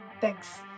Thanks